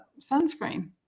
sunscreen